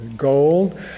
Gold